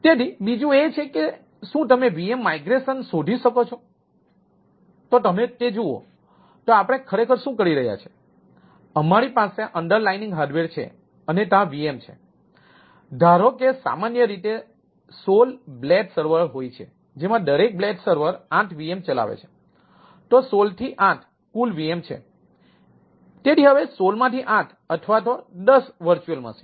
તેથી બીજું એ છે કે શું તમે VM માઈગ્રેશન હોય છે જેમાં દરેક બ્લેડ સર્વર 8 VM ચલાવે છે તો 16 થી 8 કુલ VM છે તેથી હવે 16 માંથી 8 અથવા 10 VM